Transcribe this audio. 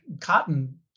Cotton